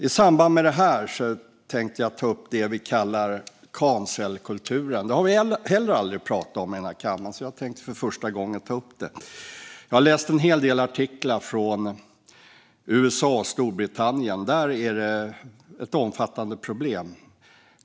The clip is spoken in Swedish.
I samband med det här tänkte jag ta upp det vi kallar cancelkulturen. Det har vi heller aldrig pratat om i den här kammaren, så jag tänkte för första gången ta upp det. Jag har läst en hel del artiklar från USA och Storbritannien. Där är det ett omfattande problem.